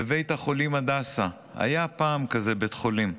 בבית החולים הדסה, היה פעם כזה בית חולים.